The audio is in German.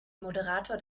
moderator